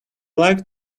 like